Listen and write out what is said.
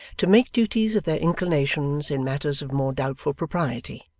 to make duties of their inclinations in matters of more doubtful propriety,